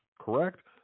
correct